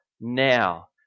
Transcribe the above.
now